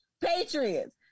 Patriots